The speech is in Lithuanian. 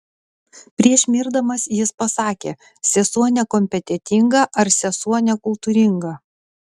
prieš mirdamas jis pasakė sesuo nekompetentinga ar sesuo nekultūringa